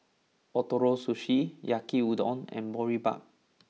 Ootoro Sushi Yaki udon and Boribap